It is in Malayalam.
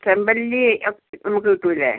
ചെമ്പല്ലീ നമുക്ക് നമുക്ക് കിട്ടുകയില്ലേ